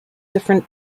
different